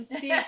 see